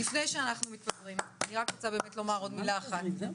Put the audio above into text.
לפני שאנחנו מתפזרים אני רוצה להגיד רק עוד מילה אחת.